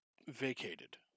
vacated